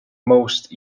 most